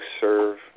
serve